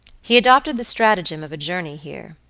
he adopted the stratagem of a journey here,